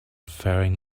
faring